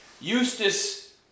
Eustace